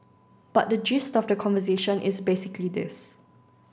but the gist of the conversation is basically this